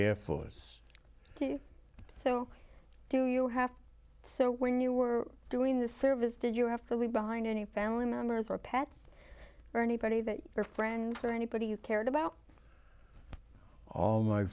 air force so do you have so when you were doing the service did you have to leave behind any family members or pets or anybody that your friend or anybody you cared about all my